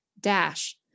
Dash